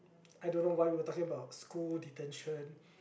I don't know why we were talking about school detention